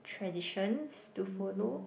traditions to follow